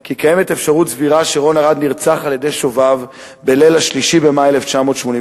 כי קיימת אפשרות סבירה שרון ארד נרצח על-ידי שוביו בליל ה-3 במאי 1988,